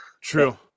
True